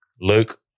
Luke